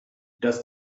does